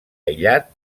aïllat